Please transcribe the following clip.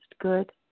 good